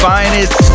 Finest